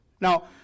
Now